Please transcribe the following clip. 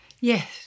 Yes